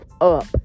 up